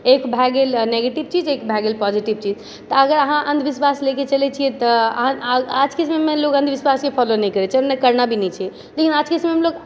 एक भए गेल नेगेटिव चीज एक भए गेल पॉजिटिव चीज तऽ अगर अहाँ अन्धविश्वास लेके चलै छियै तऽआजके समयमे लोग अन्धविश्वासके फॉलो नहि करै छै आओर करना भी नहि छै लेकिन आजके समयमे लोग